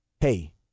Hey